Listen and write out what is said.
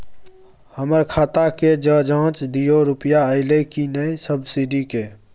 हमर खाता के ज जॉंच दियो रुपिया अइलै की नय सब्सिडी के?